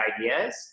ideas